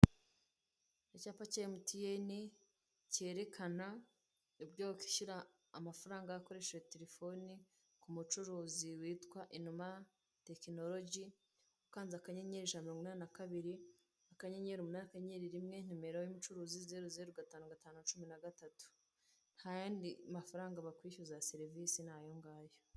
Icyapa cya emutiyene kerekana uburyo wa kwishyura amafaranga ukoresheje Telefone ku mucuruzi witwa inuma tekinorogi. Ukanze akanyenyeri ijana na mirongo inani na kabiri, akanyenyeri umunani akanyenyeri rimwe nimero y'umucuruzi. Ntayandi mafaranga bakwishyuza ya service ni ayo ngayo.